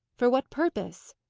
for what purpose?